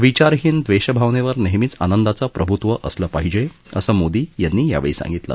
विचारहीन द्वेषभावनेवर नेहमीच आनंदाचं प्रभुत्व असलं पाहिजे असं मोदी यांनी यावेळी सांगितलं